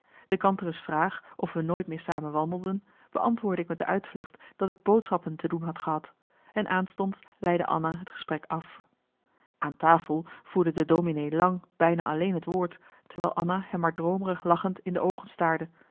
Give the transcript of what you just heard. niets de kantere's vraag of we nooit meer samen wandelden beantwoordde ik met de uitvlucht dat ik boodschappen te doen had gehad en aanstonds leidde anna het gesprek af aan tafel voerde de dominee lang bijna alleen het woord terwijl anna hem maar droomerig lachend in de oogen staarde